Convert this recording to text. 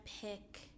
pick